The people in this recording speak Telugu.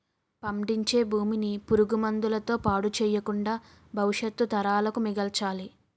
పండించే భూమిని పురుగు మందుల తో పాడు చెయ్యకుండా భవిష్యత్తు తరాలకు మిగల్చాలి